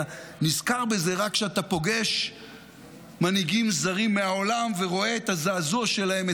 אתה נזכר בזה רק כשאתה פוגש מנהיגים זרים מהעולם ורואה את הזעזוע שלהם,